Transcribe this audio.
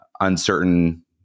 uncertain